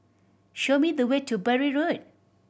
show me the way to Bury Road